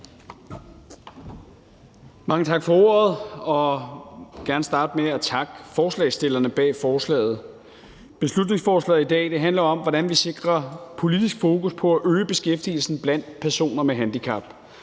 Mange tak for ordet. Jeg vil gerne starte med at takke forslagsstillerne bag forslaget. Beslutningsforslaget i dag handler om, hvordan vi sikrer politisk fokus på at øge beskæftigelsen blandt personer med handicap.